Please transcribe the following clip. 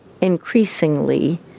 increasingly